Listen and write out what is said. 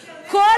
אינטרנט,